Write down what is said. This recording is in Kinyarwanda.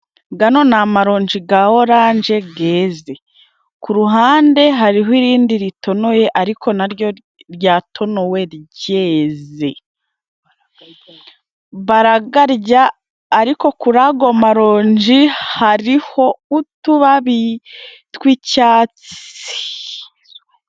Ano ni amaronji ya oranje yeze. Ku ruhande hariho irindi ritonoye, ariko naryo ryatonowe ryeze. Barayarya, ariko kuri ayo maronji hariho utubabi tw'icyatsi.